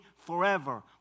forever